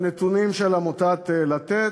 שהם נתונים של עמותת "לתת",